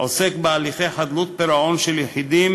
עוסק בהליכי חדלות פירעון של יחידים